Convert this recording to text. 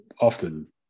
often